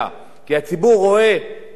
אני לא מכיר את החומוס שם, בפורום מאג'די,